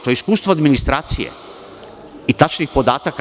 To je iskustvo administracije i tačnih podataka.